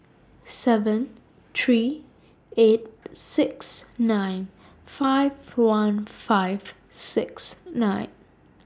seven three eight six nine five one five six nine